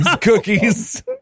cookies